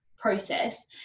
process